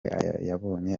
yabonye